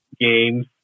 games